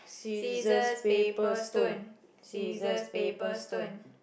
scissors paper stone scissors paper stone